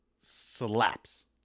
Slaps